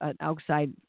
outside